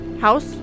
house